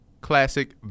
classic